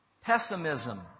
pessimism